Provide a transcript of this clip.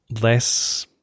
less